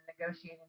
negotiating